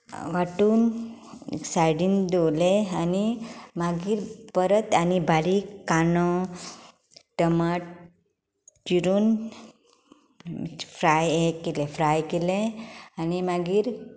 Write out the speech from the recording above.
मिक्छरार वांटून सायडीन दवरलें आनी मागीर परत आनी बारीक कांदो टमाट चिरून आनी फ्राय केलें आनी मागीर